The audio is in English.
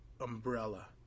umbrella